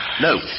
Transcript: No